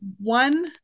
one